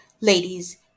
Ladies